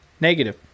Negative